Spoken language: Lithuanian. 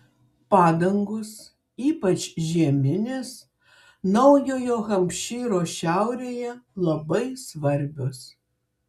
padangos ypač žieminės naujojo hampšyro šiaurėje labai svarbios